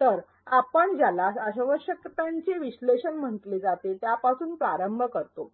तर आपण ज्याला आवश्यकतांचे विश्लेषण म्हटले जाते त्यापासून प्रारंभ करतो